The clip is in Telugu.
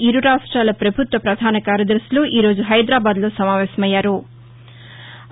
ఇరు రాష్టాల వభుత్వ వధాన కార్యదర్శులు ఈ రోజు హైదరాబాద్లో నమావేశమ్యూరు